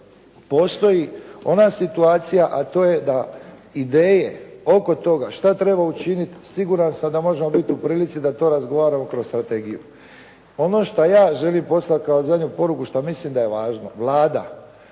postoji ona situacija, a to je da ideje oko toga šta treba učiniti, siguran sam da možemo biti u prilici da to razgovaramo kroz strategiju. Ono šta ja želim poslat kao zadnju poruku, šta mislim da je važno. Vlada,